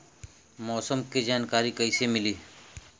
मौसम के जानकारी कैसे मिली?